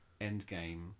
Endgame